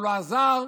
הוא עזר,